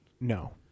No